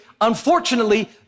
unfortunately